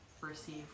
receive